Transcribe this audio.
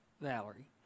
Valerie